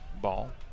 Ball